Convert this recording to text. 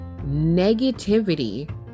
Negativity